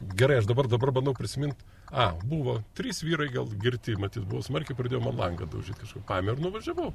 gerai aš dabar dabar bandau prisimint a buvo trys vyrai gal girti matyt buvo smarkiai pradėjo man langą daužyt paėmiau ir nuvažiavau